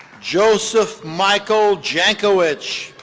joseph michael jancowitz.